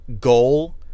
goal